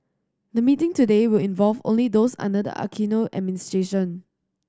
the meeting today will involve only those under the Aquino administration